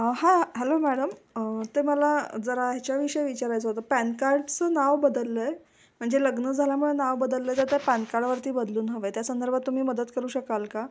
हां hello madam ते मला जरा हेच्याविषयी विचारायचं होतं पॅन कार्डचं नाव बदललंय म्हणजे लग्न झाल्यामुळे नाव बदललं तर त्या पॅन कार्ड वरती बदलून हवय त्या संदर्भात तुम्ही मदत करू शकाल का